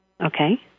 Okay